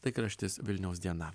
laikraštis vilniaus diena